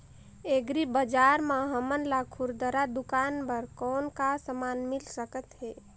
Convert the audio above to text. Agri बजार म हमन ला खुरदुरा दुकान बर कौन का समान मिल सकत हे?